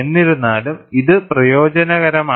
എന്നിരുന്നാലും ഇത് പ്രയോജനകരമാണ്